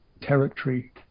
territory